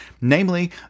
namely